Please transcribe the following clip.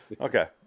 Okay